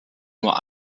nur